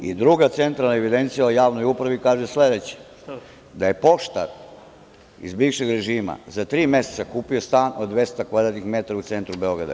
Sledeće, druga centralna evidencija o javnoj upravi kaže sledeće – da je poštar iz bivšeg režima za tri meseca kupio stan od 200 kvadratnih metara u centru Beograda.